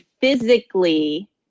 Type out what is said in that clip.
physically